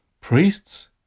priests